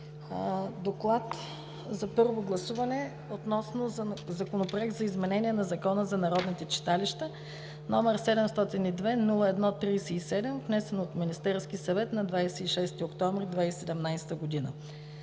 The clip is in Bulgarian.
приеме на първо гласуване Законопроект за изменение на Закона за народните читалища, № 702-01-37, внесен от Министерския съвет на 26 октомври 2017 г.“